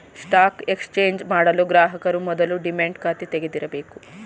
stock exchange ಮಾಡಲು ಗ್ರಾಹಕರು ಮೊದಲು ಡಿಮ್ಯಾಟ್ ಖಾತೆ ತೆಗಿದಿರಬೇಕು